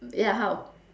ya how